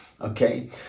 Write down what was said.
okay